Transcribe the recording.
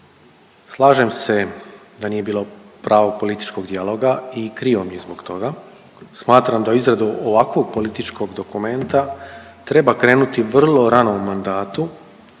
Slažem se da nije bilo pravog političkog dijaloga i krivo mi je zbog toga. Smatram da u izradu ovakvog političkog dokumenta treba krenuti vrlo rano u mandatu